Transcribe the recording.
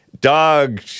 dog